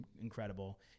incredible